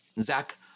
zach